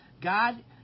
God